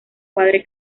padre